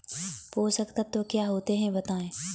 पोषक तत्व क्या होते हैं बताएँ?